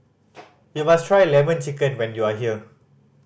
you must try Lemon Chicken when you are here